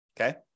Okay